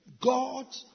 God